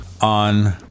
on